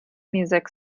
music